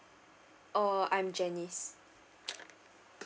uh I'm janice